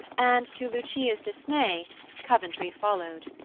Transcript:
and to lucia's dismay coventry followed.